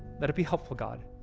let it be helpful, god.